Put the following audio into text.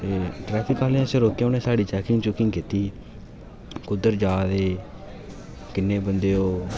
ते ट्रैफिक आह्ले असेंई रोकेआ उ'नें साढ़ी चैकिंग चुकिंग कीती कुद्धर जा दे किन्ने बंदे ओ